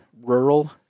rural